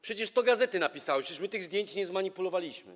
Przecież to gazety napisały, przecież my tych zdjęć nie zmanipulowaliśmy.